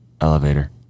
Elevator